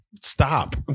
Stop